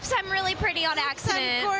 so i'm really pretty on accident.